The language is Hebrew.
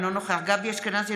אינו נוכח גבי אשכנזי,